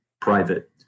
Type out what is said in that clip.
private